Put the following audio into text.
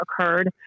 occurred